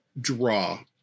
draw